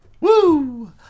Woo